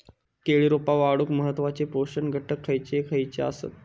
केळी रोपा वाढूक महत्वाचे पोषक घटक खयचे आसत?